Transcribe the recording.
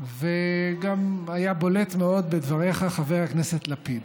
וגם היה בולט מאוד בדבריך, חבר הכנסת לפיד.